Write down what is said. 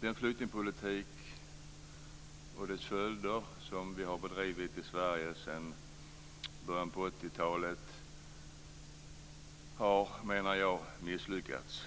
Den flyktingpolitik som vi har bedrivit i Sverige på 80-talet har, menar jag, misslyckats.